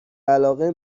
علاقه